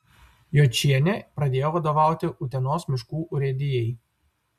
jočienė pradėjo vadovauti utenos miškų urėdijai